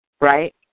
Right